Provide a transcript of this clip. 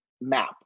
map